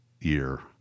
year